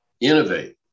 innovate